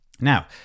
Now